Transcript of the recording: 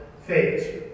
phase